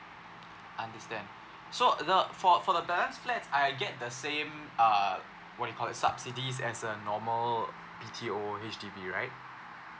understand so the for for the balance flats I get the same uh what you call it subsidies as a normal B_T_O H_D_B right